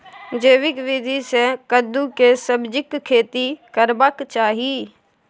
जैविक विधी से कद्दु के सब्जीक खेती करबाक चाही?